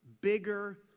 bigger